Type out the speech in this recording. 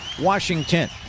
Washington